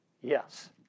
Yes